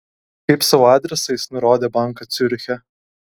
kaip savo adresą jis nurodė banką ciuriche